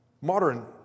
Modern